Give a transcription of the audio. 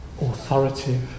authoritative